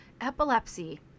epilepsy